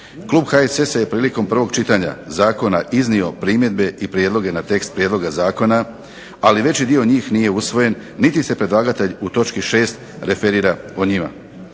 Klub HSS-a je prilikom prvog čitanja zakona iznio primjedbe i prijedloge na tekst prijedloga zakona, ali veći dio njih nije usvojen niti se predlagatelj u točki 6. referira o njima.